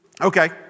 Okay